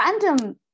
random